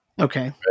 Okay